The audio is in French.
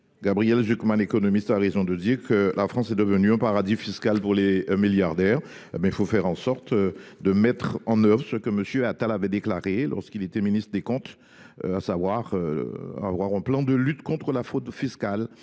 Gabriel Zucman a raison de dire que la France est devenue un paradis fiscal pour les milliardaires. Faisons en sorte de mettre en œuvre ce que M. Attal avait déclaré lorsqu’il était ministre des comptes publics, à savoir qu’un plan de lutte contre la fraude fiscale